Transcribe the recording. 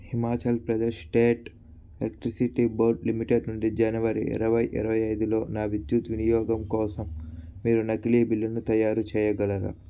Himachal Pradesh state electricity board limited నుండి జనవరి ఇరవై ఇరవై ఐదులో నా విద్యుత్ వినియోగం కోసం మీరు నకిలీ బిల్లును తయారు చేయగలరా